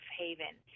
haven